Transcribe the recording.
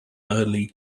early